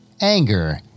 anger